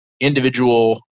individual